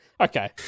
Okay